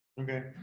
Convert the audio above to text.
Okay